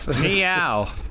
Meow